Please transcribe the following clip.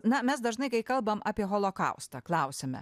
na mes dažnai kai kalbam apie holokaustą klausiame